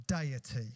deity